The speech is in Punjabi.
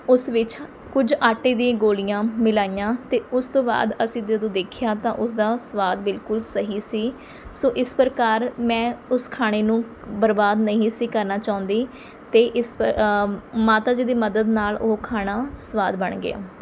ਉਸ ਵਿੱਚ ਕੁਝ ਆਟੇ ਦੀ ਗੋਲੀਆਂ ਮਿਲਾਈਆਂ ਅਤੇ ਉਸ ਤੋਂ ਬਾਅਦ ਅਸੀਂ ਜਦੋਂ ਦੇਖਿਆ ਤਾਂ ਉਸਦਾ ਸਵਾਦ ਬਿਲਕੁਲ ਸਹੀ ਸੀ ਸੋ ਇਸ ਪ੍ਰਕਾਰ ਮੈਂ ਉਸ ਖਾਣੇ ਨੂੰ ਬਰਬਾਦ ਨਹੀਂ ਸੀ ਕਰਨਾ ਚਾਹੁੰਦੀ ਅਤੇ ਇਸ ਮਾਤਾ ਜੀ ਦੀ ਮਦਦ ਨਾਲ਼ ਉਹ ਖਾਣਾ ਸਵਾਦ ਬਣ ਗਿਆ